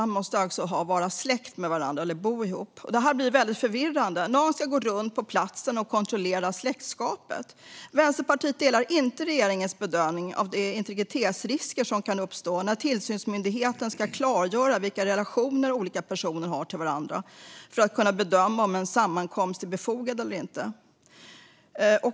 De måste alltså vara släkt med varandra eller bo ihop. Detta blir väldigt förvirrande. Någon ska gå runt på platsen och kontrollera släktskapet. Vänsterpartiet delar inte regeringens bedömning av de integritetsrisker som kan uppstå när tillsynsmyndigheten ska klargöra vilka relationer olika personer har till varandra för att kunna bedöma om en sammankomst är befogad eller inte.